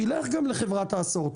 שילך גם לחברת ההסעות,